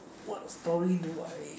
what story do I